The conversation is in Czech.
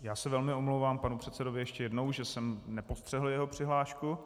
Já se velmi omlouvám panu předsedovi ještě jednou, že jsem nepostřehl jeho přihlášku.